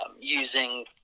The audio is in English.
using